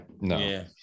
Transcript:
no